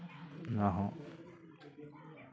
ᱱᱚᱣᱟ ᱦᱚᱸ